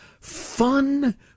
fun